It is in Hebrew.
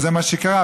וזה מה שקרה.